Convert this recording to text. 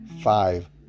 five